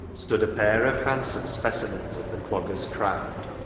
stood a pair of handsome speci mens of the dogger's craft.